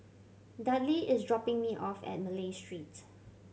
Dudley is dropping me off at Malay Street